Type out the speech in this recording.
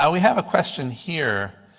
and we have a question here.